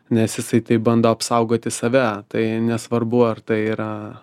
nes jisai taip bando apsaugoti save tai nesvarbu ar tai yra